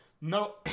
No